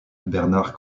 bernard